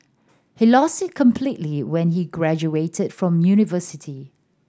he lost it completely when he graduated from university